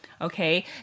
okay